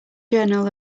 journal